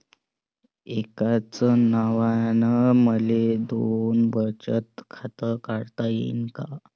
एकाच नावानं मले दोन बचत खातं काढता येईन का?